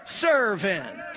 servant